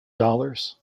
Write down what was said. dollars